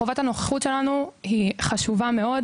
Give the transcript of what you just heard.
חובת הנוכחות שלנו היא חשובה מאוד,